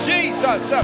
Jesus